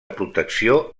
protecció